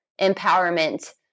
empowerment